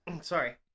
Sorry